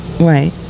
Right